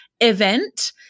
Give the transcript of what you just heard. event